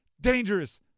dangerous